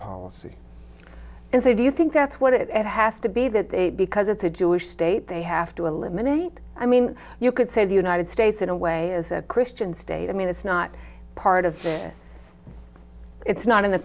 they do you think that's what it has to be that they because it's a jewish state they have to eliminate i mean you could say the united states in a way is a christian state i mean it's not part of it's not in the